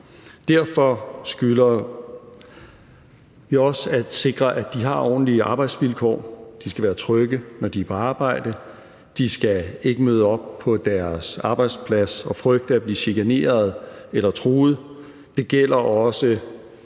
Derfor skylder vi også at sikre, at de har ordentlige arbejdsvilkår. De skal være trygge, når de er på arbejde. De skal ikke møde op på deres arbejdsplads og frygte at blive chikaneret eller truet. Det gælder også